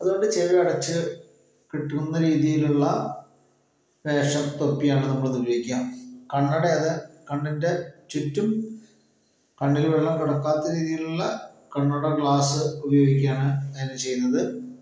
അത് കൊണ്ട് ചെവി അടച്ച് കെട്ടണം എന്ന് രീതിയിലുള്ള വേഷം തൊപ്പിയാണ് നമ്മൾ ഉപയോഗിക്കുക കണ്ണടയത് കണ്ണിൻ്റെ ചുറ്റും കണ്ണിൽ വെള്ളം കടക്കാത്ത രീതിയിലുള്ള കണ്ണട ഗ്ലാസ് ഉപയോഗിക്കുകയാണ് അങ്ങനെ ചെയ്യുന്നത്